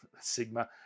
sigma